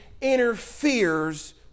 interferes